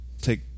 take